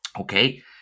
Okay